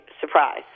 surprise